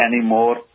anymore